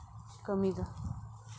ᱠᱟᱹᱢᱤ ᱫᱚ